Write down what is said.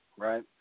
right